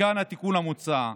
מכאן התיקון המוצע.